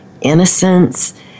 innocence